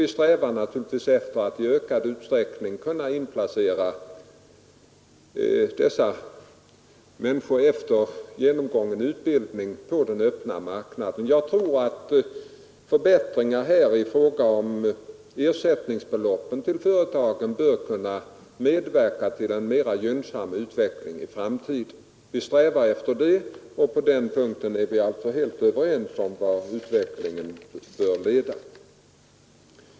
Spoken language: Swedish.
Vi strävar naturligtvis efter att i ökad utsträckning inplacera dessa människor på den öppna marknaden efter genomgången utbildning. Förbättringar av ersättningsbeloppen till företagen bör kunna medverka till en mera gynnsam utveckling i framtiden. Vi strävar efter det, och på den punkten är vi alltså helt överens om vart utvecklingen bör leda.